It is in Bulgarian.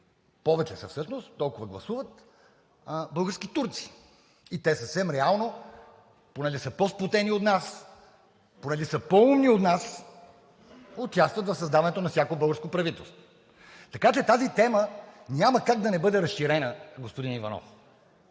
повече са всъщност, толкова гласуват български турци, и те са съвсем реално понеже са по-сплотени от нас, понеже са по-умни от нас, участват в създаването на всяко българско правителство, така че тази тема няма как да не бъде разширена, господин Иванов.